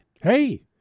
hey